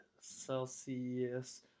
Celsius